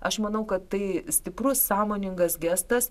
aš manau kad tai stiprus sąmoningas gestas